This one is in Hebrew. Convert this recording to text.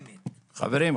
חברים,